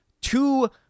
two